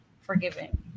forgiving